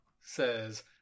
says